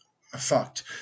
fucked